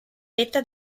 vetta